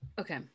okay